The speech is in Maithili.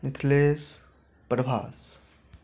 मिथलेश प्रभाष